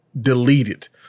deleted